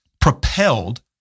propelled